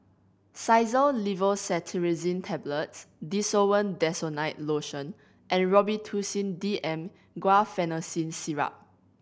Xyzal Levocetirizine Tablets Desowen Desonide Lotion and Robitussin D M Guaiphenesin Syrup